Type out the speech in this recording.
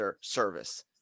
service